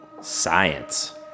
Science